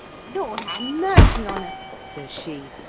lord ha' mercy on us! says she,